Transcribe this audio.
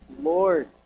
Lord